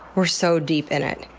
we're so deep in it.